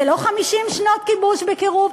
זה לא 50 שנות כיבוש בקירוב.